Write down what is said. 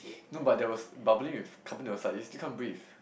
no but there was bubbling with carbon dioxide it's you still can't breathe